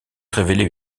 révélé